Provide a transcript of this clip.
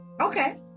okay